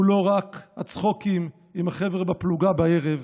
והוא לא רק הצחוקים עם החבר'ה בפלוגה בערב,